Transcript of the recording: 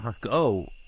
go